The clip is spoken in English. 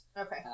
Okay